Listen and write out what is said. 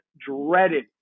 dreaded